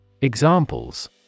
Examples